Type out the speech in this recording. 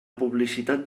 publicitat